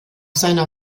seiner